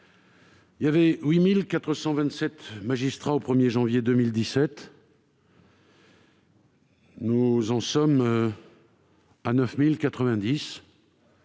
il y avait 8 427 magistrats au 1 janvier 2017. Nous en sommes à 9 090